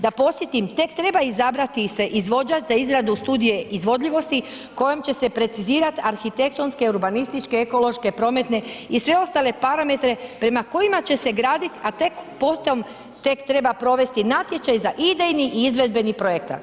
Da podsjetim, tek treba izabrati se izvođač za izradu studije izvodljivosti kojom će se precizirat arhitektonske, urbanističke, ekološke, prometne i sve ostale parametre prema kojima će se gradit a tek potom tek treba provesti natječaj za idejni i izvedbeni projekat.